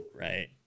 Right